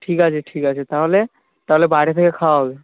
ঠিক আছে ঠিক আছে তাহলে তাহলে বাইরে থেকে খাওয়া হবে